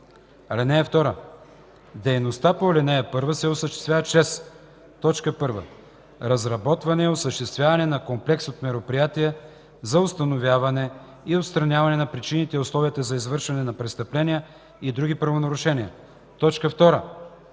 (2) Дейността по ал. 1 се осъществява чрез: 1. разработване и осъществяване на комплекс от мероприятия за установяване и отстраняване на причините и условията за извършване на престъпления и други правонарушения; 2.